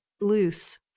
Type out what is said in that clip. loose